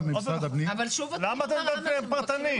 ממשרד הפנים --- למה אתה מדבר פרטני?